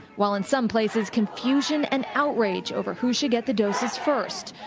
while in some places confusion and outrage over who should get the doses first.